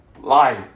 life